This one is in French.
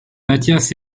matthias